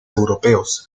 europeos